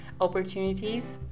opportunities